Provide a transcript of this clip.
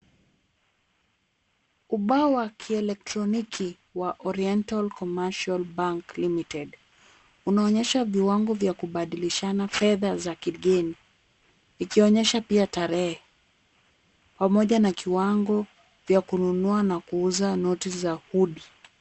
Ubao wa kielektroniki wa Oriental commercial bank limited, unaonyesha viwango vya kubadilishana fedha za kigeni. Ikionyesha pia tarehe, pamoja na kiwango vya kununua na kuuza noti za hudi.